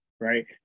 right